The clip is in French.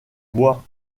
bois